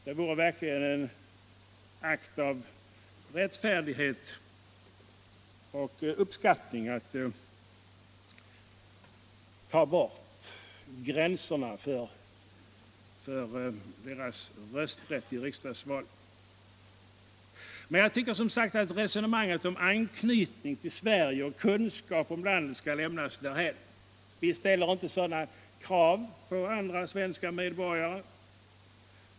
Det vore verkligen en akt av rättfärdighet och uppskattning att ta bort gränserna för deras rösträtt i riksdagsval. Jag tycker som sagt att resonemanget om anknytning till Sverige och kunskap om landet skall lämnas därhän. Vi ställer inte sådana krav på andra svenska medborgare.